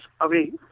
away